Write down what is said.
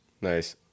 nice